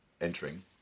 entering